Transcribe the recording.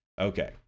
Okay